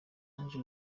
ange